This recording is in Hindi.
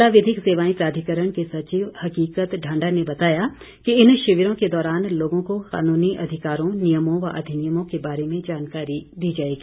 ज़िला विधिक सेवाएं प्राधिकरण के सचिव हकीकत ढांडा ने बताया कि इन शिविरों के दौरान लोगों को कानूनी अधिकारों नियमों व अधिनियमों के बारे में जानकारी दी जाएगी